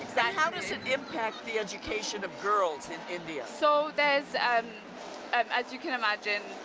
how does it impact the education of girls in india? so there's and um as you can imagine,